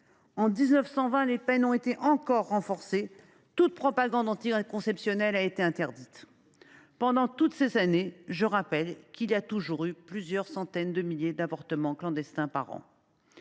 En 1920, les peines ont été encore renforcées et toute propagande anticonceptionnelle a été interdite. Pendant toutes ces années, on a toujours dénombré plusieurs centaines de milliers d’avortements clandestins par an.